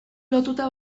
lotuta